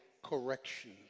correction